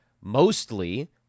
Mostly